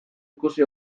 ikusi